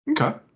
Okay